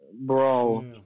Bro